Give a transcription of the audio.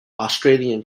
australian